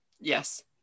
Yes